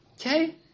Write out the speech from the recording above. okay